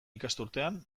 ikasturtean